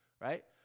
right